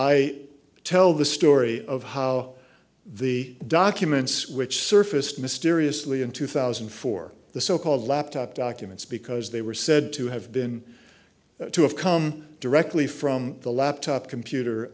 i tell the story of how the documents which surfaced mysteriously in two thousand and four the so called laptop documents because they were said to have been to have come directly from the laptop computer